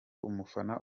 umufana